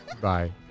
Bye